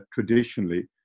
traditionally